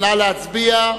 נא להצביע.